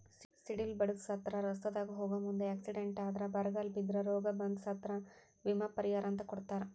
ಸಿಡಿಲ ಬಡದ ಸತ್ರ ರಸ್ತಾದಾಗ ಹೋಗು ಮುಂದ ಎಕ್ಸಿಡೆಂಟ್ ಆದ್ರ ಬರಗಾಲ ಬಿದ್ರ ರೋಗ ಬಂದ್ರ ಸತ್ರ ವಿಮಾ ಪರಿಹಾರ ಅಂತ ಕೊಡತಾರ